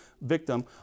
victim